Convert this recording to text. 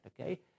Okay